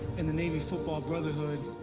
and the navy football brotherhood,